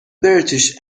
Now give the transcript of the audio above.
british